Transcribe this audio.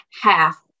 half